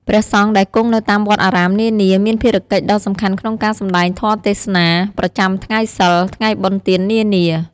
ព្រះសង្ឃដែលគង់នៅតាមវត្តអារាមនានា មានភារកិច្ចដ៏សំខាន់ក្នុងការ សំដែងធម៌ទេសនា ប្រចាំថ្ងៃសីល ថ្ងៃបុណ្យទាននានា។